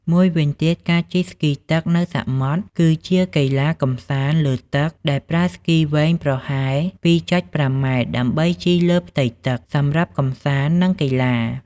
មួយវិញទៀតការជិះស្គីទឹកនៅសមុទ្រ គឺជាកីឡាកម្សាន្តលើទឹកដែលប្រើស្គីវែងប្រហែល ២.៥ ម៉ែត្រ ដើម្បីជិះលើផ្ទៃទឹក សម្រាប់កំសាន្ត និងកីឡា។